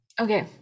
Okay